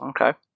Okay